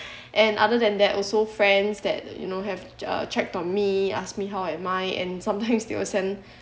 and other than that also friends that you know have uh checked on me asked me how am I and sometimes they send